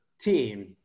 team